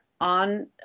on